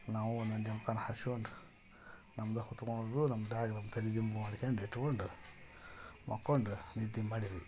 ನಾವು ಒಂದೊಂದು ಜಮಖಾನ ಹಾಸ್ಕೊಂಡು ನಮ್ಮದು ಹೊತ್ಕೊಳದು ನಮ್ಮ ಬ್ಯಾಗ್ ನಮ್ಮ ತಲೆದಿಂಬು ಮಾಡ್ಕೆಂಡು ಇಟ್ಗೊಂಡು ಮಕ್ಕೊಂಡು ನಿದ್ದೆ ಮಾಡಿದ್ವಿ